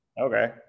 Okay